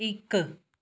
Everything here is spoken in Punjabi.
ਇੱਕ